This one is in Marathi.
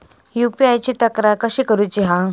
यू.पी.आय ची तक्रार कशी करुची हा?